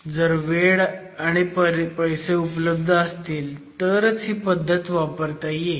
जर वेळ आणि पैसे उपलब्ध असतील तरच ही पद्धत वापरता येईल